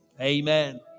Amen